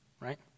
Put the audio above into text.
right